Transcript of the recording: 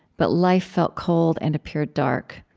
but life felt cold and appeared dark.